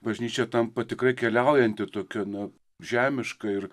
bažnyčia tampa tikrai keliaujanti tokia na žemiška ir